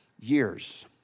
years